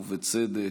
ובצדק,